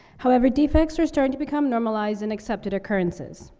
however, defects are starting to become normalized and accepted occurrences.